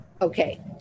Okay